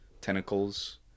tentacles